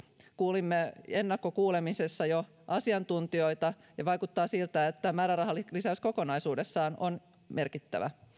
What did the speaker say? kuulimme ennakkokuulemisessa jo asiantuntijoita ja vaikuttaa siltä että määrärahalisäys kokonaisuudessaan on merkittävä